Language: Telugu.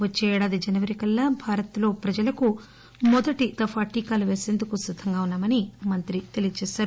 వచ్చే ఏడాది జనవరి కల్లా భారత్లో ప్రజలకు మొదటి వరకు టీకాలు వేసేందుకు సిద్దంగా ఉన్నా మని ఆయన తెలియచేశారు